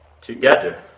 together